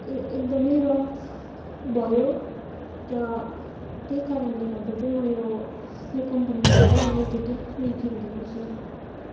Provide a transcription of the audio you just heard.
ए एकदमै रफ भयो र त्यही कारणले गर्दा चाहिँ म यो यो कम्पनीमा चाहिँ नेगेटिभ रिभ्यू दिँदैछु